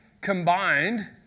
combined